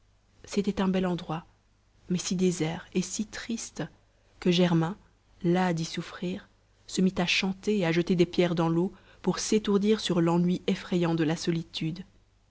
c'était un bel endroit mais si désert et si triste que germain las d'y souffrir se mit à chanter et à jeter des pierres dans l'eau pour s'étourdir sur l'ennui effrayant de la solitude